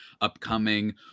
upcoming